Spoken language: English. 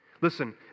Listen